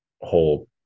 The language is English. whole